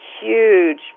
huge